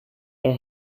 are